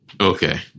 Okay